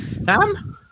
Sam